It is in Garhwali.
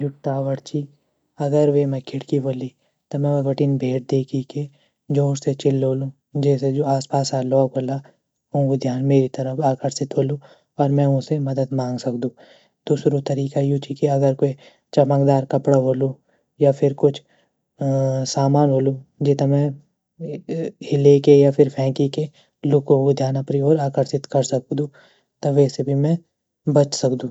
जू टावर ची अगर वेमा खिड़की वोली त में वे बठीन भेर देखी के जोड़ से चिलौलू जेसे जू आस पासा ल्वोग वौला ऊँगू ध्यान मेरी तरफ़ आकर्षित वोलू और में ऊँ से मदद माँग सक़दू दूसरू तरीक़ा यू ची की अगर क्वे चमकदार कपड़ा वोलू या फिर कुछ सामान वोलू जेता में हिले के या फिर फेंकी के लुकूँ ग ध्यान अपरि और आकर्षित कर सक़दू त वे से भी में बच सक़दू।